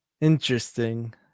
Interesting